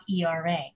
ERA